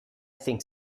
think